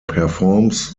performs